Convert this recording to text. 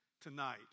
tonight